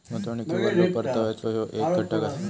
गुंतवणुकीवरलो परताव्याचो ह्यो येक घटक असा